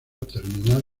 terminal